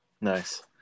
Nice